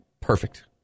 perfect